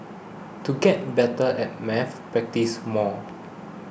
to get better at maths practise more